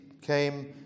came